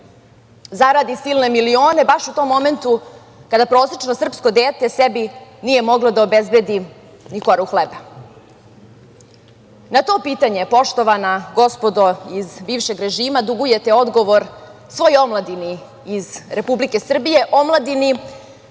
zaradi silne milione baš u tom momentu kada prosečno srpsko dete sebi nije moglo da obezbedi ni koru hleba. Na to pitanje poštovana gospodo iz bivšeg režima dugujete odgovor svojoj omladini iz Republike Srbije, omladini